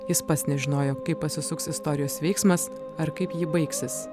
jis pats nežinojo kaip pasisuks istorijos veiksmas ar kaip ji baigsis